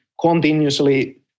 continuously